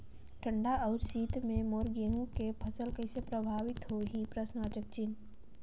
ठंडा अउ शीत मे मोर गहूं के फसल कइसे प्रभावित होही?